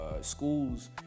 schools